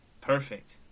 Perfect